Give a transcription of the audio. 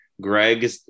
Greg